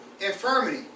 infirmity